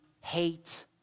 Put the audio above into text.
hate